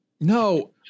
No